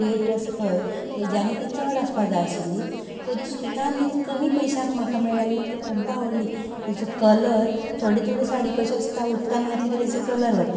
rate आसा पळय तेज्यानीय ती चड आसपाक जाय आशिल्ली तरी सुद्दां ती कमी पयशांक म्हाका मेळ्ळी आनी म्हाका खूब्ब आवडली तेचो कलर थोड्यो थोड्यो साडी कश्यो आसता उदकांत घातली की ताचो कलर वयता